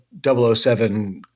007 –